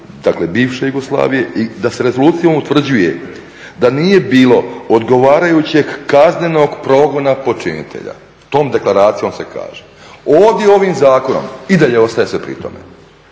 dakle bivše Jugoslavije, i da se rezolucijom utvrđuje da nije bilo odgovarajućeg kaznenog progona počinitelja. Tom deklaracijom se kaže. Ovdje ovim zakonom i dalje ostaje se pri tome.